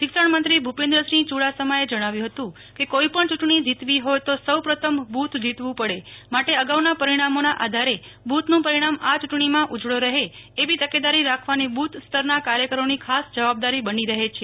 શિક્ષણ મંત્રી ભૂપેન્દ્રસિંહ યુડાસમાએ જણાવ્યું હતું કે કોઈ પણ યૂંટણી જીતવી હોથ તો સૌ પ્રથમ બુથ જીતવું પડે માટે અગાઉના પરિણામોના આધારે બુથનું પરિણામ આ ચૂંટણીમાં ઉજળો રહે એવી તકેદારી રાખવાની બુથ સ્તરના કાર્યકરોની ખાસ જવાબદારી બની રહે છે